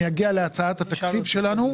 אני אגיע להצעת התקציב שלנו.